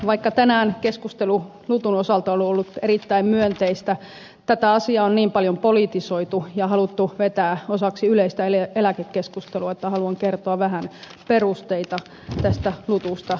vaikka tänään keskustelu lutun osalta on ollut erittäin myönteistä tätä asiaa on niin paljon politisoitu ja haluttu vetää osaksi yleistä eläkekeskustelua että haluan kertoa vähän perusteluja tästä lutusta ylipäätään